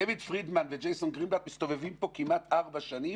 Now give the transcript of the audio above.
דיוויד פרידמן וג'ייסון גרינבלט מסתובבים פה כמעט ארבע שנים,